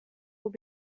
will